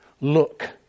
look